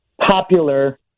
popular